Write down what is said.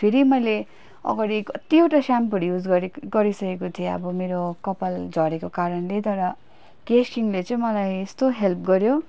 फेरि मैले अगाडि कतिवटा स्याम्पूहरू युज गरि गरिसकेको थिएँ अब मेरो कपाल झरेको कारणले तर केश किङले चाहिँ मलाई यस्तो हेल्प गर्यो